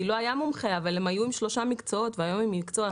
כי לא היה מומחה אבל הם היו עם 3 מקצועות והיום הם עם מקצוע אחד.